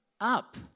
up